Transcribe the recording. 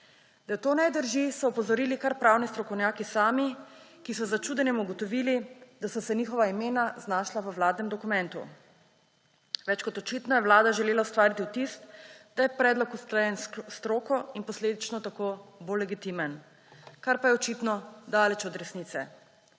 Da to ne drži, so opozorili kar pravni strokovnjaki sami, ki so z začudenjem ugotovili, da so se njihova imena znašla v vladnem dokumentu. Več kot očitno je Vlada želela ustvariti vtis, da je predlog usklajen s stroko in posledično tako bolj legitimen, kar pa je očitno daleč od resnice.